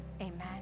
Amen